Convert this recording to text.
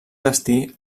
destí